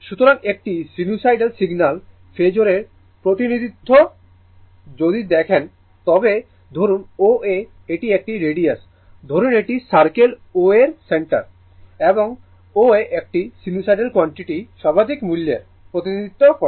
সুতরাং একটি সাইনুসোইডাল সিগন্যালফেজোরের প্রতিনিধিত্ব যদি দেখেন তবে ধরুন O A এটি একটি রেডিয়াস ধরুন এটি সার্কেল O এর সেন্টার এবং O A একটি সিনুসোইডাল কোয়ান্টিটি সর্বাধিক মূল্যের প্রতিনিধিত্ব করে